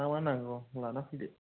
मा मा नांगौ लानान फैदो